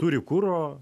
turi kuro